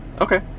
Okay